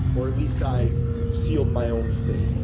or at least i seal my own faith.